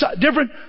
different